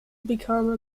become